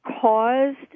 caused